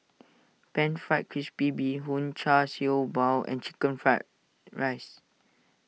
Pan Fried Crispy Bee Hoon Char Siew Bao and Chicken Fried Rice